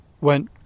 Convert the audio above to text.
went